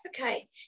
Okay